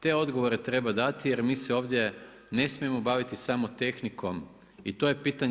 Te odgovore treba dati jer mi se ovdje ne smijemo baviti samo tehnikom i to je pitanje.